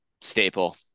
staple